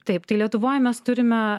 taip tai lietuvoj mes turime